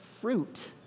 fruit